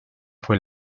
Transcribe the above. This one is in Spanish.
fue